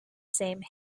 same